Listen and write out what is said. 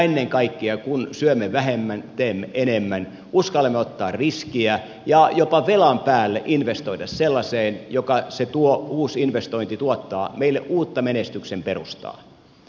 ennen kaikkea kun syömme vähemmän teemme enemmän uskallamme ottaa riskiä ja jopa velan päälle investoida sellaiseen joka tuo uusi investointi tuottaa meille uutta menestyksen perustaa